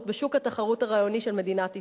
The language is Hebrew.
בשוק התחרות הרעיוני של מדינת ישראל.